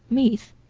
meath,